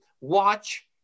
watch